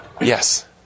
Yes